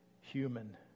human